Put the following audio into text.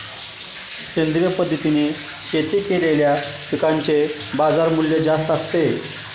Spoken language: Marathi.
सेंद्रिय पद्धतीने शेती केलेल्या पिकांचे बाजारमूल्य जास्त असते